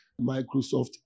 Microsoft